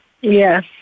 Yes